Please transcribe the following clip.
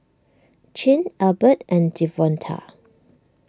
Chin Albert and Devonta